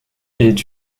est